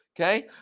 Okay